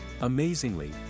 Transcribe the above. Amazingly